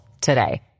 today